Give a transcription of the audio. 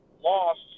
lost